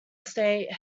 state